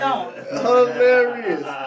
Hilarious